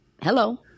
Hello